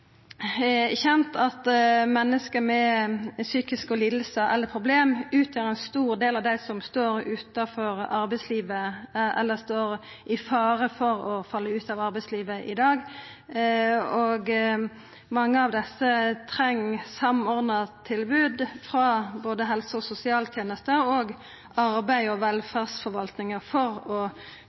kjent at menneske med psykiske lidingar eller problem utgjer ein stor del av dei som står utanfor arbeidslivet eller som står i fare for å falla ut av arbeidslivet i dag. Mange av desse treng samordna tilbod frå både helse- og sosialtenesta og arbeids- og velferdsforvaltninga for å